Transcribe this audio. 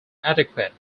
adequate